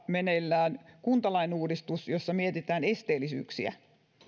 meneillään kuntalain uudistus jossa mietitään esteellisyyksiä että